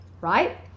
right